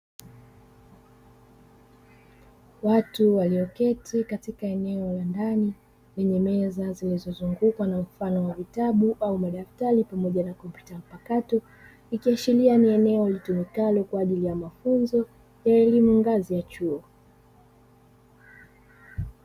Watu walioketi katika eneo la ndani, lenye meza zilizozungukwa na mfano wa vitabu au madaftari pamoja na kompyuta mpakato, ikiashiria ni eneo litumikalo kwa ajili ya mafunzo ya elimu ngazi ya chuo.